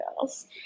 Girls